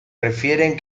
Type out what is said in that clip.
refieren